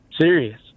Serious